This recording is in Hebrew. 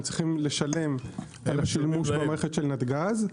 הם צריכים לשלם על השימוש במערכת של נתג"ז.